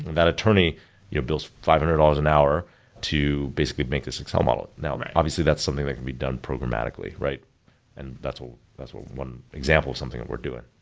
that attorney you know bills five hundred dollars an hour to basically make this excel model. now, obviously that's something that could be done programmatically. and that's that's one example of something that we're doing.